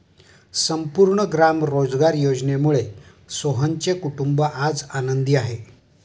संपूर्ण ग्राम रोजगार योजनेमुळे सोहनचे कुटुंब आज आनंदी आहे